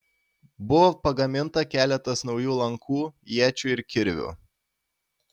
buvo pagaminta keletas naujų lankų iečių ir kirvių